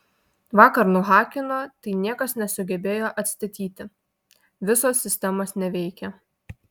vakar nuhakino tai niekas nesugebėjo atstatyti visos sistemos neveikia